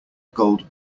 gold